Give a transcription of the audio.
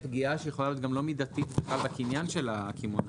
זאת פגיעה שיכולה להיות לא מידתית בכלל בקניין של הקמעונאים.